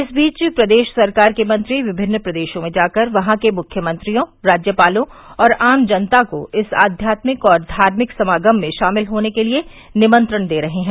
इस बीच प्रदेश सरकार के मंत्री विभिन्न प्रदेशों में जाकर वहाँ के मुख्यमंत्रियों राज्यपालों और आम जनता को इस आध्यात्मिक और धार्मिक समागम में शामिल होने के लिए निमंत्रण दे रहे हैं